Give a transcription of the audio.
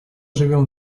живем